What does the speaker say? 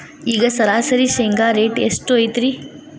ಈಗ ಸರಾಸರಿ ಶೇಂಗಾ ರೇಟ್ ಎಷ್ಟು ಐತ್ರಿ?